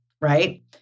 right